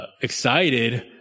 excited